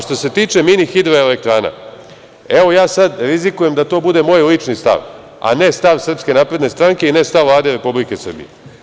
Što se tiče mini hidroelektrana, evo ja sad rizikujem da to bude moj lični stav, a ne stav SNS i ne stav Vlade Republike Srbije.